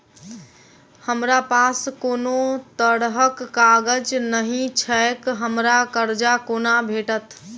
हमरा पास कोनो तरहक कागज नहि छैक हमरा कर्जा कोना भेटत?